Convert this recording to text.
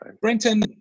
brenton